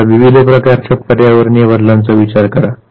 आता विविध प्रकारच्या पर्यावरणीय बदलांचा विचार करा